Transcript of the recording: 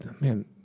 man